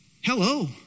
Hello